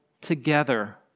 together